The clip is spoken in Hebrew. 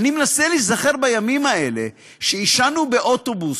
אני מנסה להיזכר בימים האלה שעישנו באוטובוס,